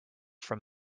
from